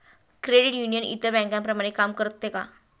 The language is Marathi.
क्रेडिट युनियन इतर बँकांप्रमाणे काम करते का?